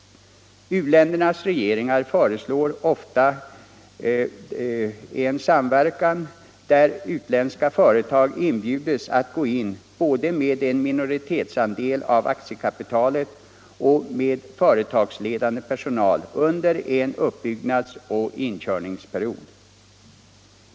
U-ländernas regeringar föreslår ofta en samverkan där utländska företag inbjuds att gå in både med en minoritetsandel av aktiekapitalet och med företagsledande personal under en uppbyggnadsoch inkörningsperiod.